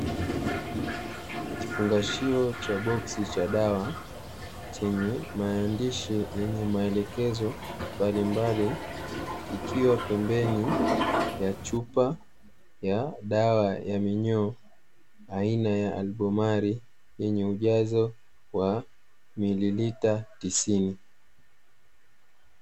Kifungashio cha boksi cha dawa chenye maandishi yenye maelekezo mbalimbali, ikiwa pembeni ya chupa ya dawa ya minyoo aina ya "Albomar" yenye na ujazo wa mililita tisini.